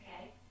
Okay